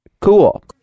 Cool